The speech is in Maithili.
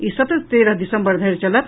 ई सत्र तेरह दिसम्बर धरि चलत